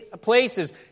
places